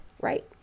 right